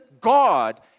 God